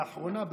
לאחרונה,